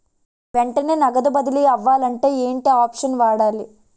వెంటనే నగదు బదిలీ అవ్వాలంటే ఏంటి ఆప్షన్ వాడాలి?